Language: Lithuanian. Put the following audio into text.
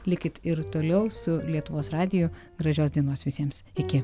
likit ir toliau su lietuvos radiju gražios dienos visiems iki